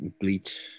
Bleach